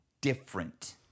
different